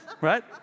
Right